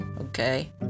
Okay